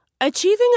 Achieving